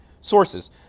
sources